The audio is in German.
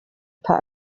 paar